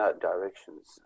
directions